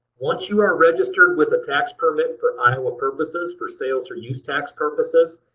once you are registered with a tax permit for iowa purposes, for sales or use tax purposes,